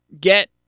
get